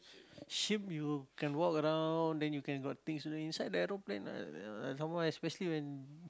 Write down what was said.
ship you can walk around then you can got things to do inside the aeroplane ah uh some more especially when